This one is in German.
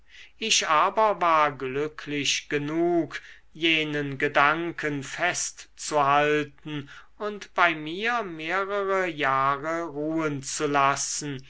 ich aber war glücklich genug jenen gedanken festzuhalten und bei mir mehrere jahre ruhen zu lassen